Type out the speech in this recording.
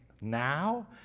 now